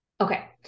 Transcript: Okay